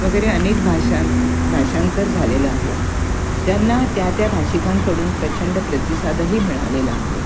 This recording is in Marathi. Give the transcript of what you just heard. वगैरे अनेक भाषां भाषांतर झालेलं आहे ज्यांना त्या त्या भाषिकांकडून प्रचंड प्रतिसादही मिळालेला आहे